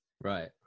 right